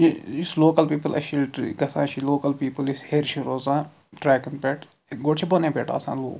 یہِ یُس local people اشیٖلٹری گَژھان چھ لوکَل پیٖپٕل یُس ہیٚرِ چھُ روزان ٹرٛیکَن پٮ۪ٹھ گۄڈٕ چھِ بۄنَے پٮ۪ٹھ آسان لوٗکھ